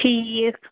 ٹھیٖک